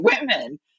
women